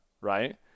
right